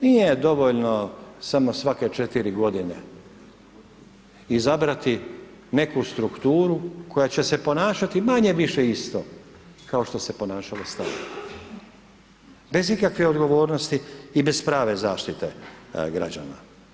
Nije dovoljno samo svake četiri godine izabrati neku strukturu koja će se ponašati manje-više isto kao što se ponašala stara, bez ikakve odgovornosti i bez prave zaštite građana.